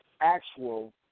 actual